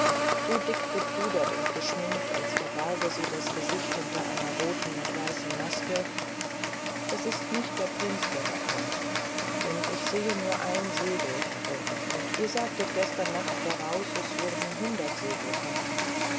so dick gepudert und geschminkt als verbärge sie das gesicht hinter einer rot und weißen maske das ist nicht der prinz der da kommt denn ich sehe nur ein segel herrin und ihr sagtet gestern nacht voraus es würden hundert segel kommen